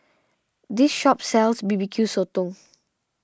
this shop sells B B Q Sotong